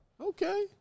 Okay